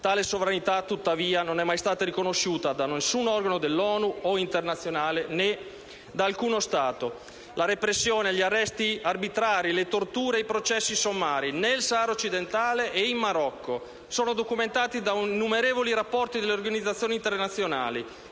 tale sovranità tuttavia non è mai stata riconosciuta da nessun organo dell'ONU o internazionale, né da alcuno Stato. La repressione, gli arresti arbitrari, le torture ed i processi sommari nel Sahara Occidentale e in Marocco sono documentati da innumerevoli rapporti delle organizzazioni internazionali,